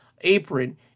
apron